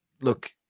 look